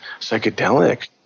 psychedelic